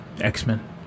X-Men